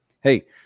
hey